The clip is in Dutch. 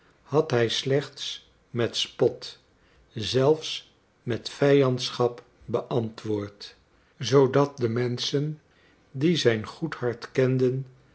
had hij slechts met spot zelfs met vijandschap beantwoord zoodat de menschen die zijn goed hart kenden